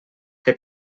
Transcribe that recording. que